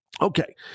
Okay